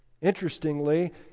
Interestingly